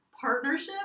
partnership